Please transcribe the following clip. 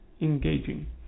engaging